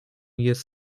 jest